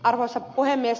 arvoisa puhemies